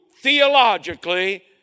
theologically